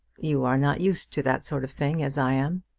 you are not used to that sort of thing as i am.